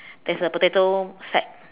there's a potato sack